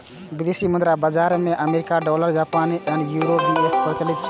विदेशी मुद्रा बाजार मे अमेरिकी डॉलर, जापानी येन आ यूरो बेसी प्रचलित छै